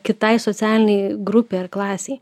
kitai socialinei grupei ar klasei